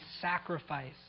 sacrifice